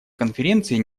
конференции